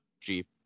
Jeep